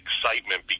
excitement